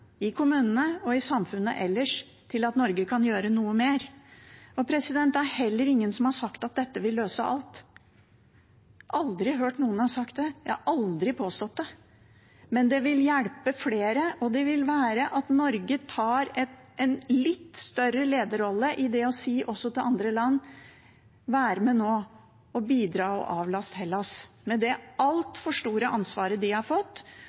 i kommunene og i samfunnet ellers – til at Norge kan gjøre noe mer. Det er heller ingen som har sagt at dette vil løse alt. Jeg har aldri hørt noen har sagt det, jeg har aldri påstått det, men det vil hjelpe flere, og det vil føre til at Norge tar en litt større lederrolle, ved å si også til andre land: Vær med nå, bidra til å avlaste Hellas med det altfor store ansvaret de har fått,